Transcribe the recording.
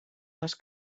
les